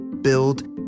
build